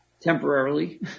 temporarily